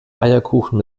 eierkuchen